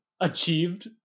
achieved